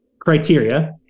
criteria